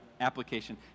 Application